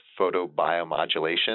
photobiomodulation